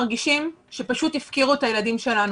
מרגישים שפשוט הפקירו את הילדים שלנו.